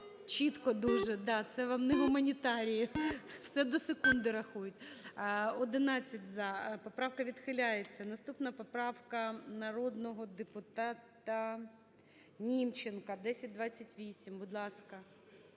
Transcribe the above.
чітко дуже. Да, це вам не гуманітарії, все до секунди рахують. 16:36:00 За-11 Поправка відхиляється. Наступна поправка народного депутата Німченка 1028. Будь ласка.